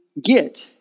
get